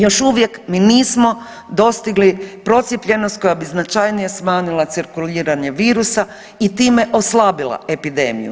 Još uvijek mi nismo dostigli procijepljenost koja bi značajnije smanjila cirkuliranje virusa i time oslabila epidemiju.